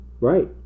Right